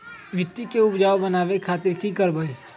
मिट्टी के उपजाऊ बनावे खातिर की करवाई?